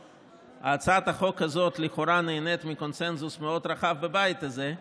הצעת החוק הזאת לכאורה נהנית מקונסנזוס מאוד רחב בבית הזה,